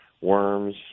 worms